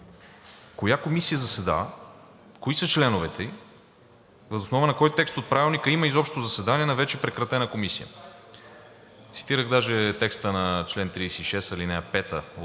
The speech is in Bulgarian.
коя Комисия заседава, кои са членовете ѝ, въз основа на кой текст от Правилника има изобщо заседание на вече прекратена Комисия? Цитирах даже текста на чл. 36, ал. 5